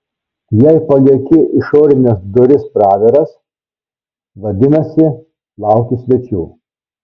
jei palieki išorines duris praviras vadinasi lauki svečių